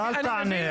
אתה אל תענה,